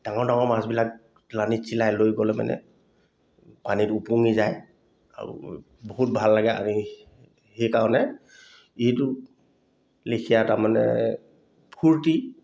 ডাঙৰ ডাঙৰ মাছবিলাক লানিত চিলাই লৈ গ'লে মানে পানীত উপঙি যায় আৰু বহুত ভাল লাগে আনি সেইকাৰণে এইটো লেখীয়া তাৰমানে ফূৰ্তি